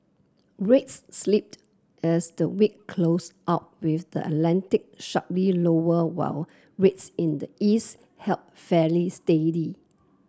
rates slipped as the week closed out with the Atlantic sharply lower while rates in the east held fairly steady